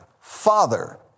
Father